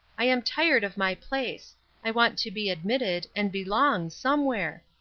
i am tired of my place i want to be admitted, and belong, somewhere.